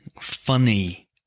funny